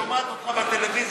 היא שומעת אותך בטלוויזיה.